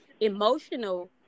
emotional